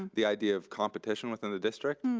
the idea of competition within the district. and